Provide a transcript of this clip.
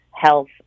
health